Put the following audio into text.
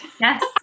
Yes